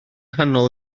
nghanol